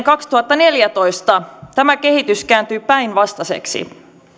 kaksituhattaneljätoista tämä kehitys kääntyi päinvastaiseksi